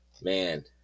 man